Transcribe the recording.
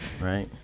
right